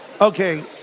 Okay